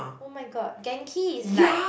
[oh]-my-god Genki is like